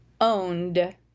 owned